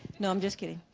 no i'm just kidding.